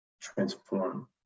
transform